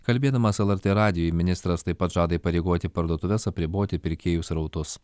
kalbėdamas lrt radijui ministras taip pat žada įpareigoti parduotuves apriboti pirkėjų srautus